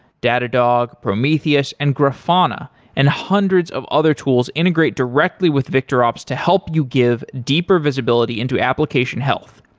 datadog, prometheus and grafana and hundreds of other tools integrate directly with victorops to help you give deeper visibility into application health.